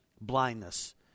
blindness